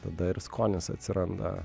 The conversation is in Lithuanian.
tada ir skonis atsiranda